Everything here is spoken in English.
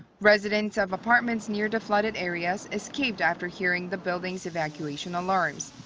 residents of apartments near the flooded areas escaped after hearing the buildings' evacuation alarms.